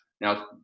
Now